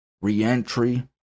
reentry